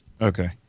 Okay